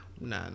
nah